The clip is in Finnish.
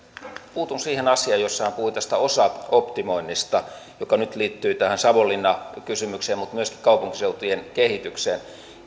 puutun siihen asiaan jossa hän puhui tästä osaoptimoinnista joka nyt liittyy tähän savonlinna kysymykseen mutta myöskin kaupunkiseutujen kehitykseen